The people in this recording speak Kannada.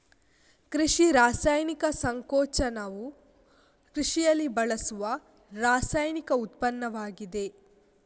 ಕೃಷಿ ರಾಸಾಯನಿಕ ಸಂಕೋಚನವು ಕೃಷಿಯಲ್ಲಿ ಬಳಸುವ ರಾಸಾಯನಿಕ ಉತ್ಪನ್ನವಾಗಿದೆ